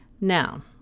Now